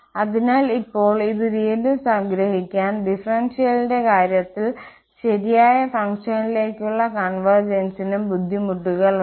അതിനാൽ ഇപ്പോൾ ഇത് വീണ്ടും സംഗ്രഹിക്കാൻ ഡിഫറെൻഷ്യലിന്റെ കാര്യത്തിൽ ശരിയായ ഫങ്ക്ഷനിലേക്കുള്ള കോൺവെർജീന്സിനും ബുദ്ധിമുട്ടുകൾ ഉണ്ട്